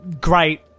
great